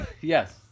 Yes